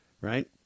right